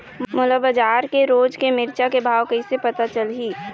मोला बजार के रोज के मिरचा के भाव कइसे पता चलही?